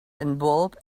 involve